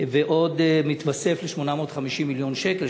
שמתווספים ל-850 מיליון שקל,